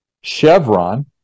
Chevron